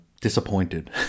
disappointed